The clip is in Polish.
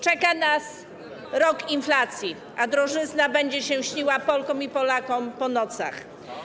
Czeka nas rok inflacji, a drożyzna będzie się śniła Polkom i Polakom po nocach.